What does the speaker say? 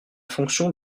fonction